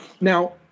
Now